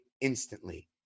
instantly